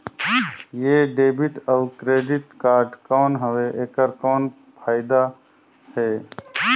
ये डेबिट अउ credit card कौन हवे एकर कौन फाइदा हे?